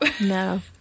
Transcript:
No